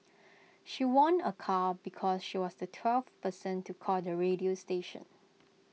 she won A car because she was the twelfth person to call the radio station